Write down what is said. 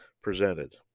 presented